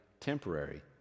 Temporary